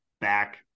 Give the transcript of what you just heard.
back